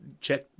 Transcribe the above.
check